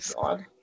god